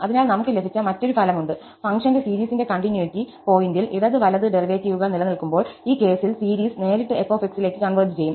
അതിനാൽ നമുക് ലഭിച്ച മറ്റൊരു ഫലമുണ്ട് ഫംഗ്ഷന്റെ സീരീസിന്റെ കണ്ടിന്യൂറ്റി പോയിന്റിൽ ഇടത് വലത് ഡെറിവേറ്റീവുകൾ നിലനിൽക്കുമ്പോൾ ഈ കേസിൽസീരീസ് നേരിട്ട് f ലേക്ക് കൺവെർജ് ചെയ്യും